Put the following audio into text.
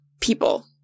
people